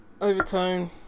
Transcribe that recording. Overtone